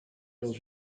dans